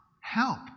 help